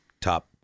top